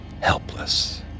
Helpless